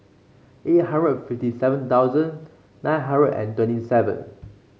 eight hundred fifty seven thousand nine hundred and twenty seven